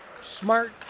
smart